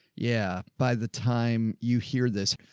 yeah. by the time you hear this,